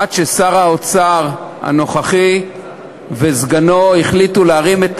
עד ששר האוצר הנוכחי וסגנו החליטו להרים את